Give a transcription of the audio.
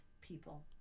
people